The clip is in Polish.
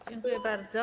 Dziękuję bardzo.